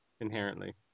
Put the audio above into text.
inherently